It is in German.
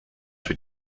für